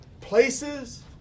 places